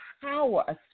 power